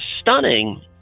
stunning